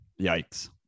Yikes